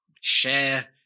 share